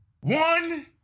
one